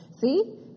See